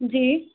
जी